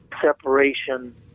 separation